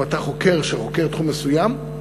אם אתה חוקר תחום מסוים,